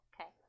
Okay